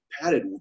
padded